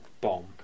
bomb